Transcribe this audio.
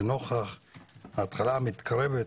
ונוכח ההתחלה המתקרבת,